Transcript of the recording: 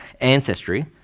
ancestry